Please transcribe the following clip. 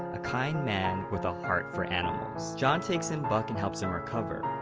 a kind man with a heart for animals. john takes in buck and helps him recover.